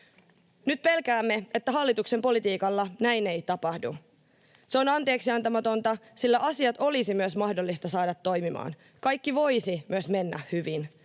Nyt pelkäämme, että hallituksen politiikalla näin ei tapahdu. Se on anteeksiantamatonta, sillä asiat olisi myös mahdollista saada toimimaan, kaikki voisi myös mennä hyvin.